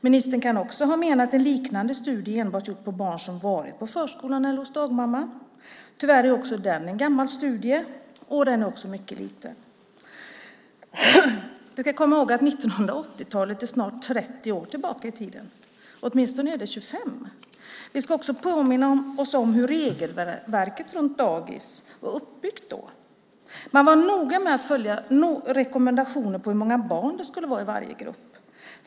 Ministern kan också ha menat en liknande studie gjord enbart på barn som varit i förskola eller hos dagmamma. Tyvärr är också det en gammal studie, och den är också liten. Vi ska komma ihåg att 1980-talet är snart 30 år tillbaka i tiden. Det är åtminstone 25 år tillbaka i tiden. Vi ska också påminna oss om hur regelverket runt dagis var uppbyggt då. Man var noga med att följa rekommendationer om hur många barn det skulle vara i varje grupp.